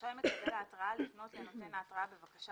רשאי מקבל ההתראה לפנות לנותן ההתראה בבקשה